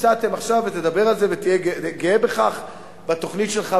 תדבר על זה ותהיה גאה בתוכנית שלך.